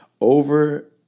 over